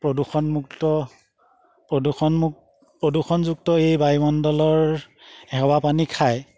প্ৰদূষণমুক্ত প্ৰদূষণমু প্ৰদূষণযুক্ত এই বায়ুমণ্ডলৰ এৱা পানী খায়